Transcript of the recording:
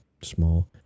small